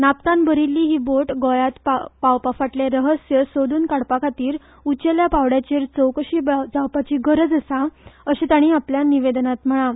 नाफ्ता भरिल्ली ही बोट गोंयांत पावपा फाटले रहस्य सोद्न काडपा खातीर उंचा पांवड्याचेर चवकशी जावपाची गरज आसा अशें तांणी आपल्या निवेदनांत म्हळां